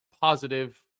positive